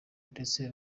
ndetse